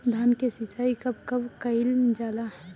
धान के सिचाई कब कब कएल जाला?